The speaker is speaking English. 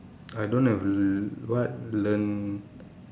I don't have what learn